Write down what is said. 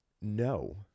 no